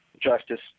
justice